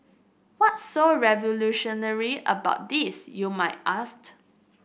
what's so revolutionary about this you might ask